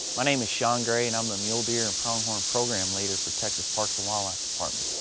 my name is shawn gray and i'm the mule deer and pronghorn program leader for texas parks and wildlife department.